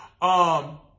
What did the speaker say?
um-